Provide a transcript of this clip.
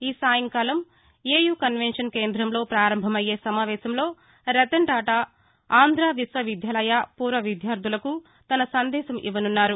ఈసాయంకాలం AU convention కేందంలో పారంభమయ్యే సమావేశంలో రతన్టాటా ఆంధవిశ్వవిద్యాలయ పూర్వవిద్యార్థలకు తన సందేశం ఇవ్వసున్నారు